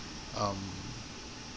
um